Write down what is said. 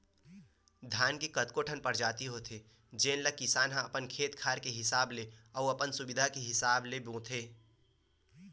धान के कतको ठन परजाति होथे जेन ल किसान ह अपन खेत खार के हिसाब ले अउ अपन सुबिधा के हिसाब ले बोथे